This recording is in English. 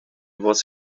was